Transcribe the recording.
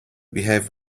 behave